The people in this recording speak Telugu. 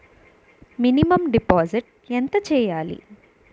మినిమం డిపాజిట్ ఎంత చెయ్యాలి?